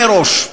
מראש,